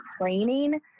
training